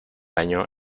año